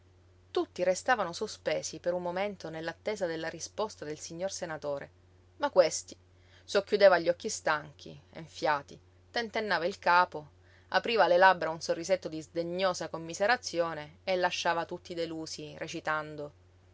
tutti restavano sospesi per un momento nell'attesa della risposta del signor senatore ma questi socchiudeva gli occhi stanchi enfiati tentennava il capo apriva le labbra a un sorrisetto di sdegnosa commiserazione e lasciava tutti delusi recitando